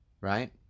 Right